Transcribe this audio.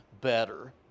better